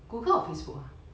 google or facebook